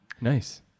Nice